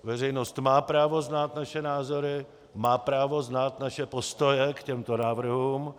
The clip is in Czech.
Veřejnost má právo znát naše názory, má právo znát naše postoje k těmto návrhům.